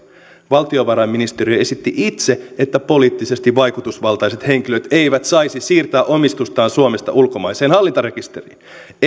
valtiovarainministeriö esitti itse että poliittisesti vaikutusvaltaiset henkilöt eivät saisi siirtää omistustaan suomesta ulkomaiseen hallintarekisteriin ei